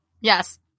Yes